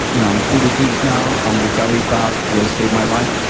you know i'm fully treated now. i'm recovery path you saved my life.